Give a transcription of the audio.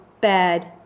bad